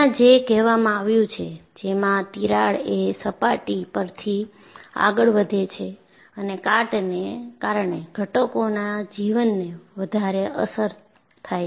અહીંયા જે કહેવામાં આવ્યું છે જેમાં તિરાડ એ સપાટી પરથી આગળ વધે છે અને કાટને કારણે ઘટકોના જીવનને વધારે અસર થાય છે